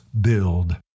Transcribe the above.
build